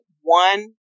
one